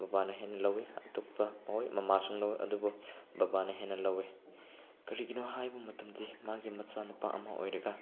ꯕꯕꯥꯅ ꯍꯦꯟꯅ ꯂꯧꯏ ꯑꯇꯣꯞꯄ ꯍꯣꯏ ꯃꯃꯥꯁꯨ ꯂꯧꯋꯏ ꯑꯗꯨꯕꯨ ꯕꯕꯥꯅ ꯍꯦꯟꯅ ꯂꯧꯏ ꯀꯔꯤꯒꯤꯅꯣ ꯍꯥꯏꯕ ꯃꯇꯝꯗꯤ ꯃꯥꯒꯤ ꯃꯆꯥꯅꯨꯄꯥ ꯑꯃ ꯑꯣꯏꯔꯒ